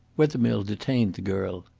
wethermill detained the girl.